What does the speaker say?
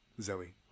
Zoe